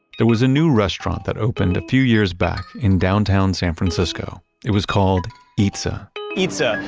there was a new restaurant that opened a few years back in downtown san francisco, it was called eatsa eatsa,